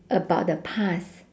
about the past